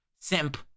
Simp